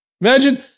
Imagine